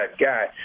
guy